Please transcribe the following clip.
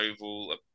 Oval